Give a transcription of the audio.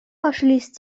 verschließt